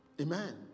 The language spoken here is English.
Amen